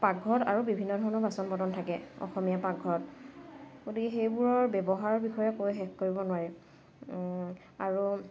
পাকঘৰত আৰু বিভিন্ন ধৰণৰ বাচন বৰ্তন থাকে অসমীয়া পাকঘৰত গতিকে সেইবোৰৰ ব্যৱহাৰৰ বিষয়ে কৈ শেষ কৰিব নোৱাৰে আৰু